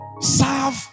Serve